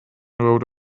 rode